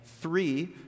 three